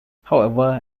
however